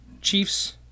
Chiefs